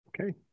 Okay